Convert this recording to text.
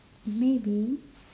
maybe